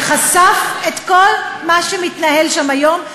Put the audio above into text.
שחשף את כל מה שמתנהל שם היום,